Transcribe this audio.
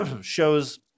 shows